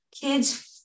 Kids